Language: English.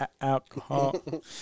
Alcohol